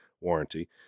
warranty